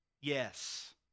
Yes